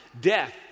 death